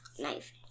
knife